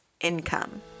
income